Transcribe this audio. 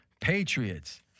Patriots